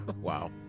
Wow